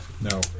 No